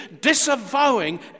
disavowing